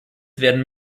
werden